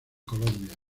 colombia